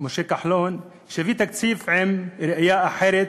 משה כחלון שיביא תקציב עם ראייה אחרת.